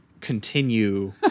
continue